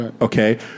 okay